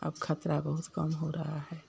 अब खतरा बहुत कम हो रहा है